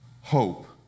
hope